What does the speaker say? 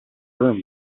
broom